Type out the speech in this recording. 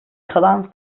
kalan